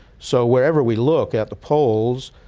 so wherever we look at the poles,